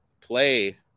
play